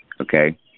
okay